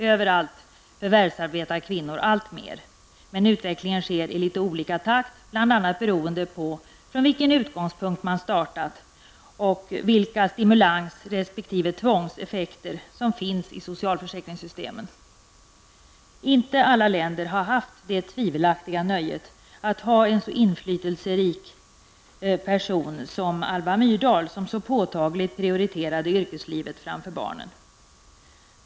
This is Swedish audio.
Överallt förvärvsarbetar kvinnor alltmer, men utvecklingen sker i litet olika takt, bl.a. beroende på från vilken utgångspunkt man startat och vilka stimulansrespektive tvångseffekter som finns i socialförsäkringssystemen. Inte alla länder har haft det tvivelaktiga nöjet att ha en så inflytelserik person som Alva Myrdal, som så påtagligt prioriterade yrkeslivet framför barnen.